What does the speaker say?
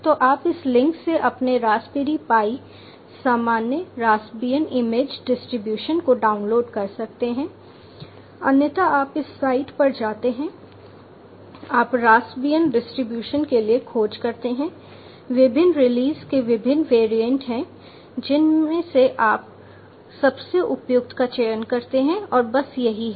तो आप इस लिंक से अपने रास्पबेरी पाई सामान्य रास्पबियन इमेज डिस्ट्रीब्यूशन को डाउनलोड कर सकते हैं अन्यथा आप इस साइट पर जाते हैं आप रास्पबियन डिस्ट्रीब्यूशन के लिए खोज करते हैं विभिन्न रिलीज़ के विभिन्न वेरिएंट हैं जिनमें से आप सबसे उपयुक्त का चयन करते हैं और बस यही है